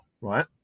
right